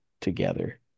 together